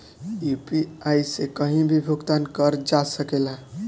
UPI से कहीं भी भुगतान कर जा सकेला?